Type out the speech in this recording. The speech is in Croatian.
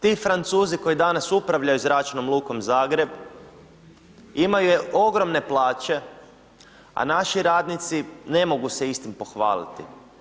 Ti Francuzi koji danas upravljaju Zračnom lukom Zagreb imaju ogromne plaće, a naši radni ne mogu se istim pohvaliti.